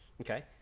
Okay